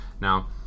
Now